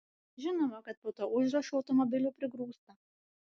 žinoma kad po tuo užrašu automobilių prigrūsta